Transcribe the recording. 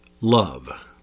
love